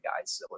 guys